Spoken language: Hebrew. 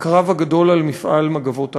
בקרב הגדול על מפעל "מגבות ערד",